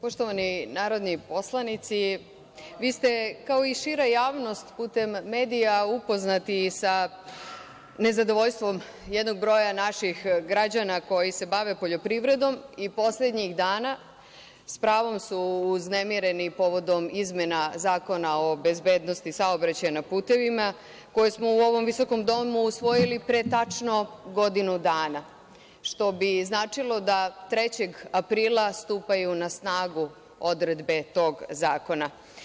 Poštovani narodni poslanici, vi ste, kao i šira javnost, putem medija upoznati sa nezadovoljstvom jednog broja naših građana koji se bave poljoprivredom i poslednjih dana sa pravom su uznemireni povodom izmena Zakona o bezbednosti saobraćaja na putevima, a koje smo u ovom visokom domu usvojili pre tačno godinu dana, što bi značilo da 3. aprila stupaju na snagu odredbe tog zakona.